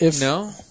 No